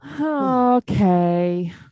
Okay